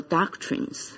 doctrines